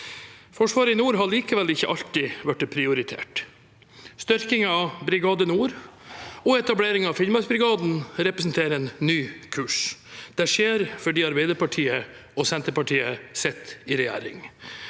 Forsvaret i nord har likevel ikke alltid blitt prioritert. Styrkingen av Brigade Nord og etablering av Finnmarksbrigaden representerer en ny kurs. Det skjer fordi Arbeiderpartiet og Senterpartiet sitter i regjering.